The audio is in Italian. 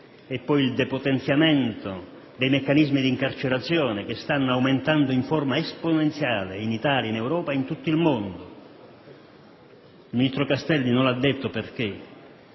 poi il depotenziamento dei meccanismi di incarcerazione che stanno aumentando in modo esponenziale in Italia, in Europa e in tutto il mondo. L'ex ministro Castelli non ha detto perché,